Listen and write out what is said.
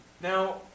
Now